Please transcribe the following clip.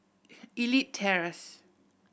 Elite Terrace